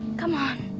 come on,